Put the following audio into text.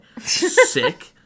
sick